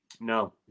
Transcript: No